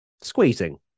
squeezing